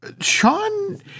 Sean